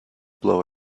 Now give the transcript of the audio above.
blow